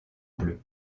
bleu